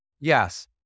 Yes